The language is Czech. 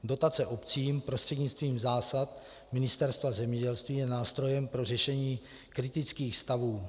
Dotace obcím prostřednictvím zásad Ministerstva zemědělství je nástrojem pro řešení kritických stavů.